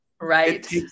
right